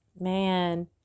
Man